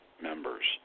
members